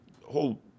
whole